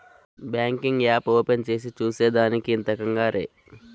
banking app open చేసి చూసే దానికి ఇంత కంగారే